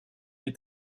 est